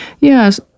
Yes